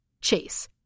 Chase